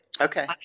Okay